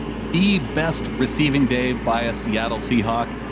the best receiving day by a seattle seahawk.